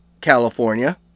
California